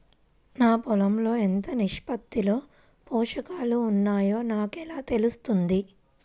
నా పొలం లో ఎంత నిష్పత్తిలో పోషకాలు వున్నాయో నాకు ఎలా తెలుస్తుంది?